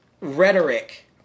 rhetoric